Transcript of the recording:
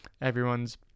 everyone's